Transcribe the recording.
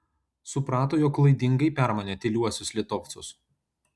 suprato jog klaidingai permanė tyliuosius litovcus